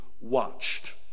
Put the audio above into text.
watched